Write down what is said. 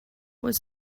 was